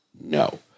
No